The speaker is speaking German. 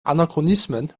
anachronismen